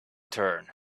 turn